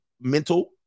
mental